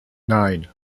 nine